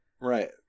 Right